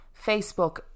Facebook